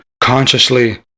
consciously